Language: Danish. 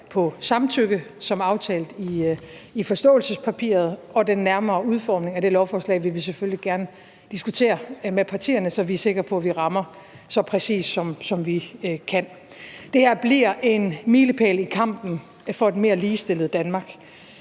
på samtykke, som det er aftalt i forståelsespapiret, og den nærmere udformning af det lovforslag vil vi selvfølgelig gerne diskutere med partierne, så vi er sikre på, at vi rammer så præcist, som vi kan. Det bliver en milepæl i kampen for et mere ligestillet Danmark.